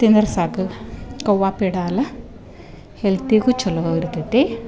ತಿಂದ್ರೆ ಸಾಕು ಕೌವ್ವ ಪೇಡ ಅಲ್ಲಾ ಹೆಲ್ತಿಗು ಚಲೋ ಇರ್ತೈತಿ